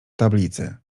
tablicy